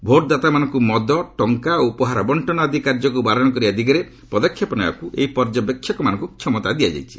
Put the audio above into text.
ଭୋଟଦାତାମାନଙ୍କୁ ମଦ ଟଙ୍କା ଓ ଉପହାର ବର୍ଷନ ଆଦି କାର୍ଯ୍ୟକୁ ବାରଣ କରିବା ଦିଗରେ ପଦକ୍ଷେପ ନେବାକୁ ଏହି ପର୍ଯ୍ୟବେକ୍ଷକମାନଙ୍କୁ କ୍ଷମତା ଦିଆଯାଇଛି